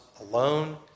alone